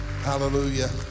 hallelujah